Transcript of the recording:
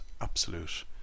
absolute